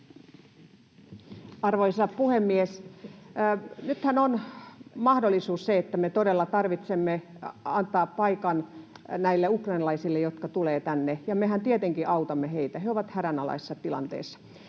Arvoisa puhemies! Nythän on mahdollista, että meidän todella tarvitsee antaa paikka näillä ukrainalaisille, jotka tulevat tänne, ja mehän tietenkin autamme heitä. He ovat hädänalaisessa tilanteessa.